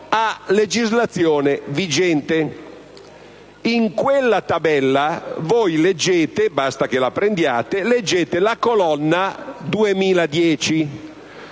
a legislazione vigente. In quella tabella voi leggete - basta che la prendiate - la colonna 2010